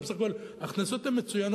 ובסך הכול ההכנסות הן מצוינות,